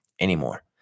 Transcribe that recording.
anymore